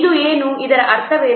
ಇದು ಏನು ಇದರ ಅರ್ಥವೇನು